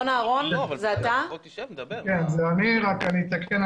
אני אתקן.